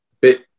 Bit